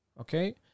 okay